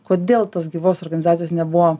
kodėl tos gyvos organizacijos nebuvo